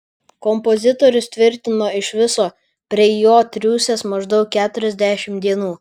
kompozitorius tvirtino iš viso prie jo triūsęs maždaug keturiasdešimt dienų